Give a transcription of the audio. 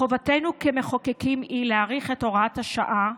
חובתנו כמחוקקים היא להאריך את הוראת השעה.